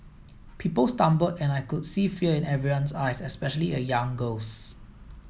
people stumbled and I could see fear in everyone's eyes especially a young girl's